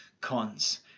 cons